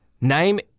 Name